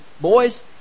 Boys